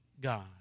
God